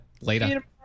Later